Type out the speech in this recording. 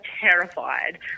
terrified